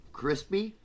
crispy